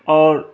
اور